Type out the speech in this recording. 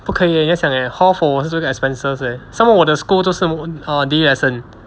不可以 leh 要想 leh hall for 我是一个 expenses leh somemore 我的 school 都是 day lesson